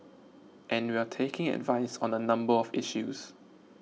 and we're taking advice on a number of issues